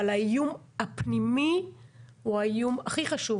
אבל האיום הפנימי הוא האיום הכי חשוב.